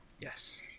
Yes